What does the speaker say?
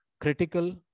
critical